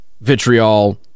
vitriol